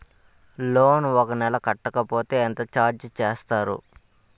Loan ఒక నెల కట్టకపోతే ఎంత ఛార్జ్ చేస్తారు?